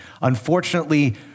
Unfortunately